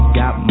got